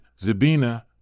Zabina